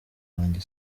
wanjye